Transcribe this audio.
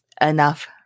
enough